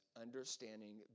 Understanding